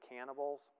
Cannibals